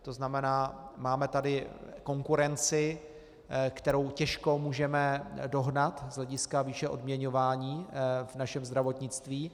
To znamená, máme tady konkurenci, kterou těžko můžeme dohnat z hlediska výše odměňování v našem zdravotnictví.